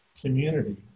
community